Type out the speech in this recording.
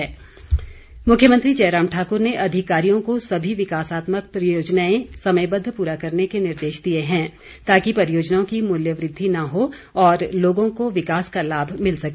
मुख्यमंत्री मुख्यमंत्री जयराम ठाक्र ने अधिकारियों को सभी विकासात्मक परियोजनाएं समयबद्व पूरा करने के निर्देश दिए हैं ताकि परियोजनाओं की मूल्य वृद्धि न हो और लोगों को विकास का लाभ मिल सके